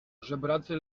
żebracy